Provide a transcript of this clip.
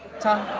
tom?